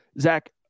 Zach